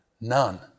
None